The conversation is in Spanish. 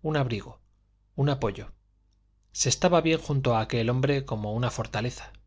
un abrigo un apoyo se estaba bien junto a aquel hombre como una fortaleza ana